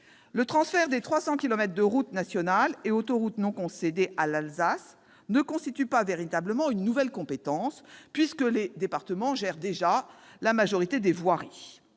Le transfert des 300 kilomètres de routes nationales et autoroutes non concédées à l'Alsace ne constitue pas véritablement une nouvelle compétence, puisque les départements gèrent déjà la majorité des voiries.